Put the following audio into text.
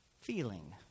feeling